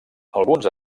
alguns